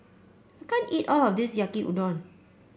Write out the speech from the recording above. I can't eat all of this Yaki Udon